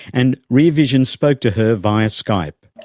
and rear vision spoke to her via skype.